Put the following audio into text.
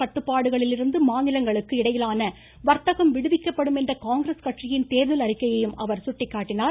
கட்டுப்பாடுகளிலிருந்து மாநிலங்களுக்கு அனைத்து இடையிலான வர்த்தகம் விடுவிக்கப்படும் காங்கிரஸ் கட்சியின் தேர்தல் அறிக்கையை என்ற அவர் சுட்டிக்காட்டினார்